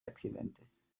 accidentes